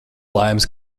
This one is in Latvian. laimes